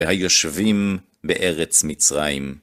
והיושבים בארץ מצרים.